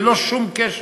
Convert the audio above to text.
ללא שום קשר,